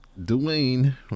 Dwayne